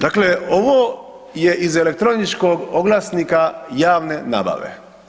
Dakle ovo je iz elektroničkog oglasnika javne nabave.